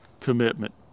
commitment